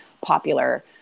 popular